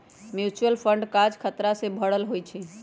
mutual fund काज़ खतरा से भरल होइ छइ